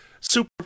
super